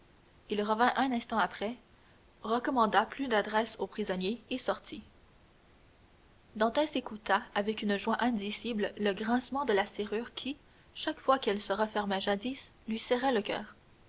il revint un instant après recommanda plus d'adresse au prisonnier et sortit dantès écouta avec une joie indicible le grincement de la serrure qui chaque fois qu'elle se refermait jadis lui serrait le coeur